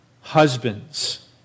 husbands